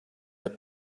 that